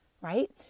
right